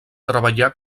treballà